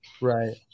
Right